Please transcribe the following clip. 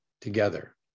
together